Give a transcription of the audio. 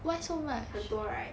很多 right